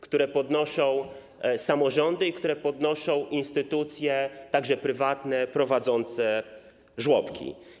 które podnoszą samorządy i które podnoszą także instytucje prywatne prowadzące żłobki.